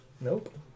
Nope